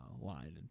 line